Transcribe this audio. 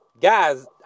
Guys